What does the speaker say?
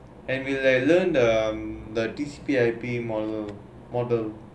and we like learn the the D_C_I_P model